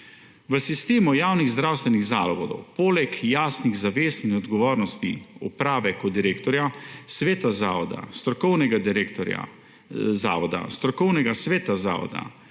V sistemu javnih zdravstvenih zavodov poleg jasnih zavez in odgovornosti uprave, direktorja, sveta zavoda, strokovnega direktorja zavoda, strokovnega sveta zavoda,